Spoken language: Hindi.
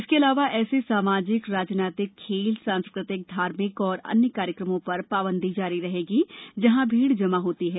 इसके अलावा ऐसे सामाजिक राजनीतिक खेल सांस्कृतिक धार्मिक और अन्य कार्यक्रमों पर पाबंदी जारी रहेगी जहां भीड़ जमा होती है